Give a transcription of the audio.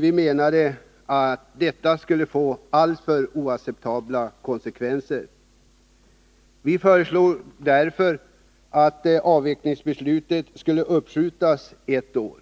Vi menade att detta skulle få alltför oacceptabla konsekvenser. Vi föreslog därför att avvecklingsbeslutet skulle uppskjutas ett år.